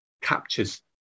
captures